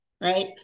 right